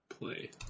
play